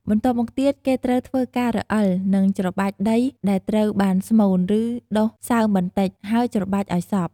បន្ទាប់មកទៀតគេត្រូវធ្វើការរអិលនិងច្របាច់ដីដែលត្រូវបានស្មូន ឬដុសសើមបន្តិច ហើយច្របាច់ឲ្យសព្វ។